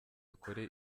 akore